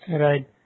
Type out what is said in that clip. Right